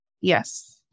Yes